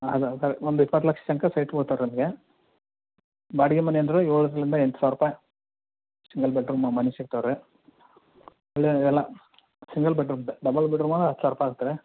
ಅದ ಅದು ಒಂದು ಇಪ್ಪತ್ತು ಲಕ್ಷ ತನಕ ಸೈಟ್ ಬೀಳ್ತಾವ್ರ್ ಅಲ್ಲಿ ಬಾಡಿಗೆ ಮನೆ ಅಂದರೆ ಏಳರಿಂದ ಎಂಟು ಸಾವಿರ ರೂಪಾಯಿ ಸಿಂಗಲ್ ಬೆಡ್ರೂಮ ಮನೆ ಸಿಗ್ತಾವ್ ರೀ ಅಲ್ಲಿ ಎಲ್ಲ ಸಿಂಗಲ್ ಬೆಡ್ರೂಮ್ದೇ ಡಬ್ಬಲ್ ಬೆಡ್ರೂಮಾರೆ ಹತ್ತು ಸಾವಿರ ರೂಪಾಯಿ ಆಗ್ತದೆ